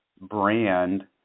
brand